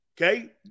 okay